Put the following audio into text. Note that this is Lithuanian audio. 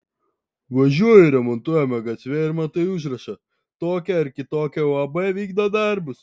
važiuoji remontuojama gatve ir matai užrašą tokia ar kitokia uab vykdo darbus